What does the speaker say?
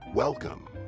Welcome